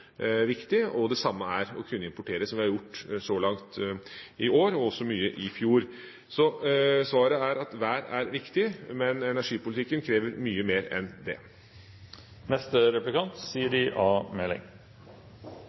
viktig i det nordiske kraftmarkedet. Det samme er det å kunne importere, som vi har gjort så langt i år, og også mye i fjor. Så svaret er at været er viktig, men energipolitikken krever mye mer enn det.